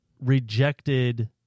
rejected